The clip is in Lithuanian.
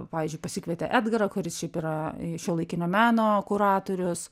pavyzdžiui pasikvietė edgarą kuris šiaip yra šiuolaikinio meno kuratorius